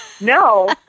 No